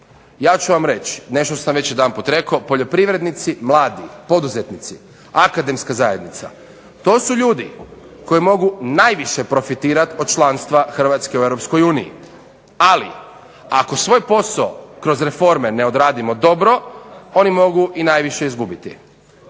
Ja ću vam reći nešto što sam već jedanput rekao. Poljoprivrednici, mladi poduzetnici, akademska zajednica to su ljudi koji mogu najviše profitirati od članstva Hrvatske u Europskoj uniji. Ali ako svoj posao kroz reforme ne odradimo dobro oni mogu i najviše izgubiti.